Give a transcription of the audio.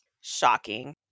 shocking